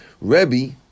Rebbe